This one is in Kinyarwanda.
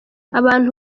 abantu